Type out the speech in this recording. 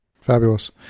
Fabulous